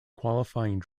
qualifying